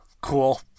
Cool